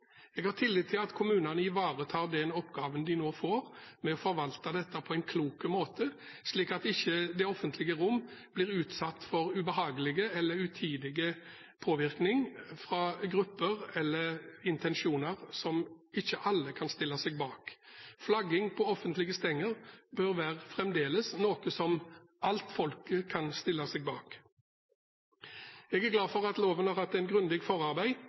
Jeg har tillit til at kommunene ivaretar den oppgaven de nå får med å forvalte dette på en klok måte, slik at ikke det offentlige rom blir utsatt for ubehagelig eller utidig påvirkning fra grupper, eller for intensjoner som ikke alle kan stille seg bak. Flagging på offentlige stenger bør fremdeles være noe som hele folket kan stille seg bak. Jeg er glad for at loven har hatt et grundig forarbeid,